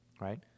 Right